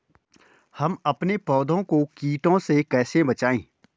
हम अपने पौधों को कीटों से कैसे बचाएं?